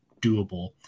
doable